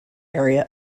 area